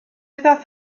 ddaeth